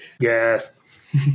Yes